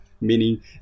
meaning